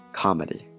comedy